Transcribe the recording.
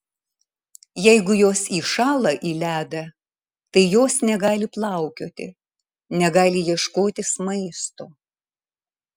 jeigu jos įšąla į ledą tai jos negali plaukioti negali ieškotis maisto